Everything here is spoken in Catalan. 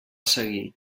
seguir